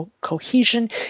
cohesion